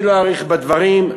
אני לא אאריך בדברים,